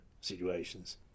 situations